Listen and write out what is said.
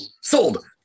Sold